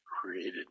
created